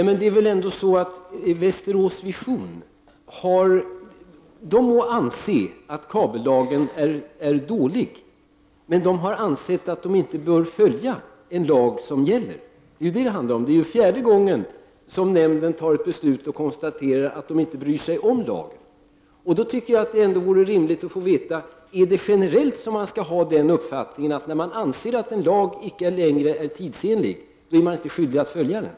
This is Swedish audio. Herr talman! Västerås Vision må få anse att kabellagen är dålig, men vad det handlar om är att man ansett att man inte bör följa en lag som gäller. Nämnden har nu för fjärde gången konstaterat att man inte bryr sig om lagen. Det vore rimligt att få veta om vi generellt skall ha den uppfattningen att man, när man anser att en lag inte längre är tidsenlig, inte är skyldig att följa den.